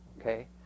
okay